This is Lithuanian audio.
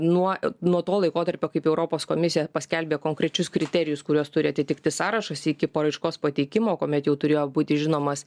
nuo nuo to laikotarpio kaip europos komisija paskelbė konkrečius kriterijus kuriuos turi atitikti sąrašas iki paraiškos pateikimo kuomet jau turėjo būti žinomas